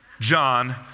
John